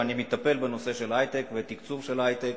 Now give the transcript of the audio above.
ואני מטפל בנושא של היי-טק ותקצוב של היי-טק.